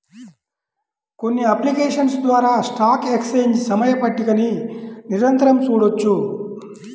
కొన్ని అప్లికేషన్స్ ద్వారా stock exchange సమయ పట్టికని నిరంతరం చూడొచ్చు